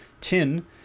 tin